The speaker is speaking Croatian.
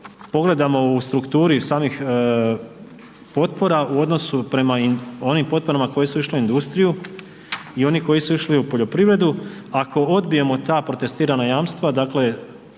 pogledamo u strukturi samih potpora u odnosu prema onim potporama koje su išle u industriju i oni koji su išli u poljoprivredu, ako odbijemo ta protestirana jamstva dakle,